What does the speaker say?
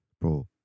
bro